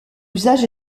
usage